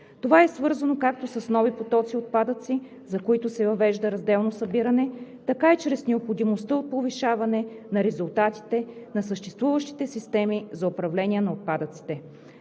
Това е свързано както с нови потоци отпадъци, за които се въвежда разделно събиране, така и чрез необходимостта от повишаване на резултатите на съществуващите системи за управление на отпадъците.